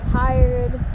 tired